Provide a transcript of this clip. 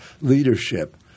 leadership